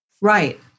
Right